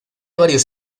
varios